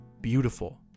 beautiful